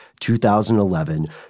2011